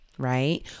Right